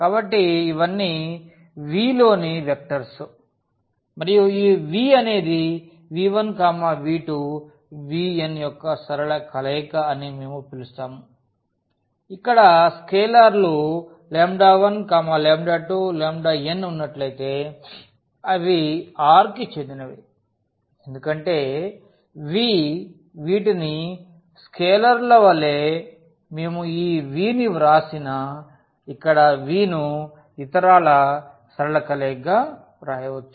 కాబట్టి ఇవన్నీ V లోని వెక్టర్స్ మరియు ఈ v అనేది v1v2vn యొక్క సరళ కలయిక అని మేము పిలుస్తాము అక్కడ స్కేలర్లు 12n ఉన్నట్లయితే అవి R కి చెందినవి ఎందుకంటే V వీటిని స్కేలర్ల వలె మేము ఈ v నివ్రాసిన ఇక్కడ v ను ఇతరాల సరళ కలయికగా వ్రాయవచ్చు